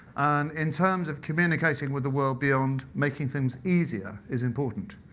in terms of communicating with the world beyond, making things easier is important.